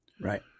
Right